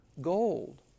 gold